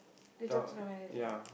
they talk to the manager ah